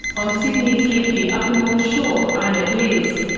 on sydney's leafy upper north shore i met liz.